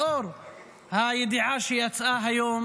לאור הידיעה שיצאה היום